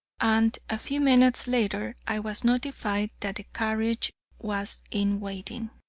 and a few minutes later i was notified that the carriage was in waiting.